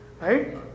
right